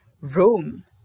Rome